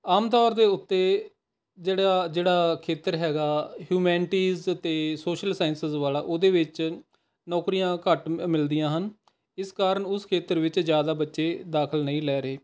ਆਮ ਤੌਰ ਦੇ ਉੱਤੇ ਜਿਹੜਾ ਜਿਹੜਾ ਖੇਤਰ ਹੈਗਾ ਹਊਮੈਨਟੀਜ਼ ਅਤੇ ਸੋਸ਼ਲ ਸਾਇਸਿਸ ਵਾਲਾ ਉਹਦੇ ਵਿੱਚ ਨੌਕਰੀਆਂ ਘੱਟ ਮ ਮਿਲਦੀਆਂ ਹਨ ਇਸ ਕਾਰਨ ਉਸ ਖੇਤਰ ਵਿੱਚ ਜ਼ਿਆਦਾ ਬੱਚੇ ਦਾਖ਼ਲ ਨਹੀਂ ਲੈ ਰਹੇ